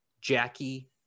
Jackie